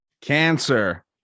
Cancer